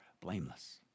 blameless